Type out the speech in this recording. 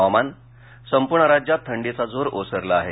हवामान संपूर्ण राज्यात थंडीचा जोर ओसरला आहे